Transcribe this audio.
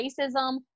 racism